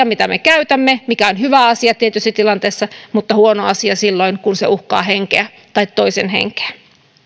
mitä me käytämme mikä on hyvä asia tietyissä tilanteissa mutta huono asia silloin kun se uhkaa henkeä tai toisen henkeä